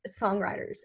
songwriters